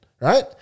right